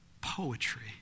poetry